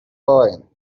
point